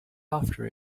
after